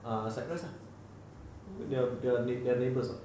err cyprus ah the they are they are neighbours [what]